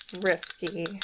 risky